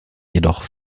jedoch